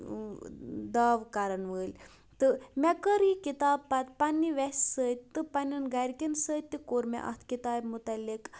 دعوٕ کَران وٲلۍ تہٕ مےٚ کٔر یہِ کِتاب پَتہٕ پںٛنہِ ویٚسہِ سۭتۍ تہٕ پنٛنٮ۪ن گَرِکٮ۪ن سۭتۍ تہِ کوٚر مےٚ اَتھ کِتابہِ متعلق